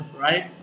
right